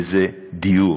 וזה דיור.